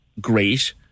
Great